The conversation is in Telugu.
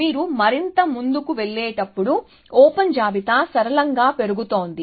మీరు మరింత ముందుకు వెళ్ళేటప్పుడు ఓపెన్ జాబితా సరళంగా పెరుగుతోంది